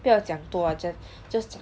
不要讲多 ah just just 讲